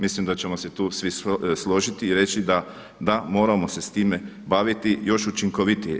Mislim da ćemo se tu svi složiti i reći da, da moramo se s time baviti još učinkovitije.